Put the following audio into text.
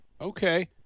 Okay